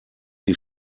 die